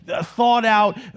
thought-out